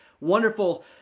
wonderful